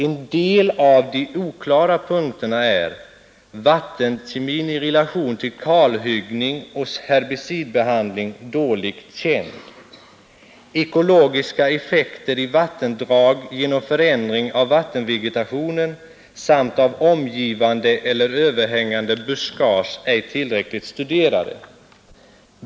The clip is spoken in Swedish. En del av de oklara punkterna är: Vattenkemin i relation till kalhuggning och herbicidbehandling dåligt känd. Ekologiska effekter i vattendrag genom förändring av vattenvegetationen samt av omgivande eller överhängande buskage ej tillräckligt studerade.